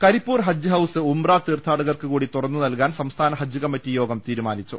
കരിപ്പൂർ ഹജ്ജ് ഹൌസ് ഉംറ തീർഥാടകർക്ക് കൂടി തുറന്നു നൽകാൻ സംസ്ഥാന ഹജ്ജ് കമ്മിറ്റി യോഗം തീരുമാനിച്ചു